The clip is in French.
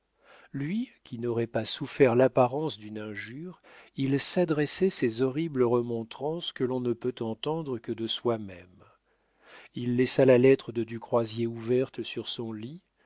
lui qui n'aurait pas souffert l'apparence d'une injure il s'adressait ces horribles remontrances que l'on ne peut entendre que de soi-même il laissa la lettre de du croisier ouverte sur son lit